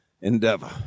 endeavor